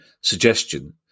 suggestion